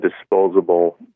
disposable